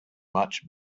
much